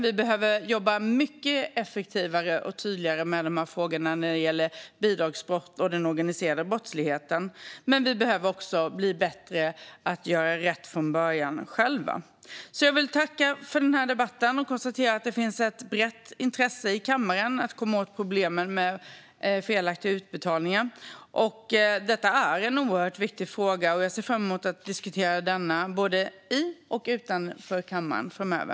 Vi behöver jobba mycket effektivare och tydligare med dessa frågor när det gäller bidragsbrott och den organiserade brottsligheten. Men vi behöver också bli bättre på att själva göra rätt från början. Jag vill tacka för debatten, och jag konstaterar att det finns ett brett intresse i kammaren av att komma åt problemen med felaktiga utbetalningar. Detta är en oerhört viktig fråga. Jag ser fram emot att diskutera den både i och utanför kammaren framöver.